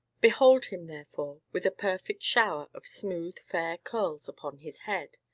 behold him, therefore, with a perfect shower of smooth, fair curls upon his head,